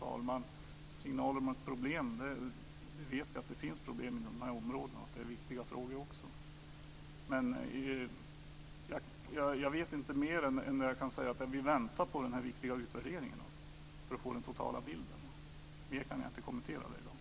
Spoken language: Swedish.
Fru talman! Jag vet att det finns problem och viktiga frågor inom detta område. Jag vet inte mer än att vi väntar på denna viktiga utvärdering för att få den totala bilden. Mer kan jag inte kommentera detta i dag.